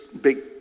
big